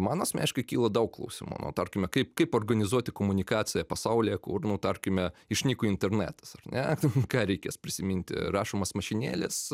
man asmeniškai kyla daug klausimų nu tarkime kaip kaip organizuoti komunikaciją pasaulyje kur nu tarkime išnyko internetas ar ne ką reikės prisiminti rašomas mašinėles